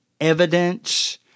evidence